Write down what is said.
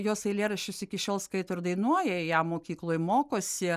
jos eilėraščius iki šiol skaito ir dainuoja ją mokykloj mokosi